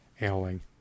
ailing